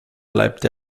bleibt